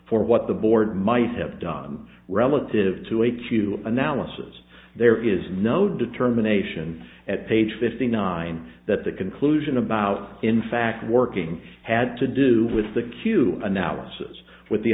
for what the board might have done relative to a q two analysis there is no determination at page fifty nine that the conclusion about in fact working had to do with the queue analysis with the